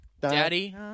Daddy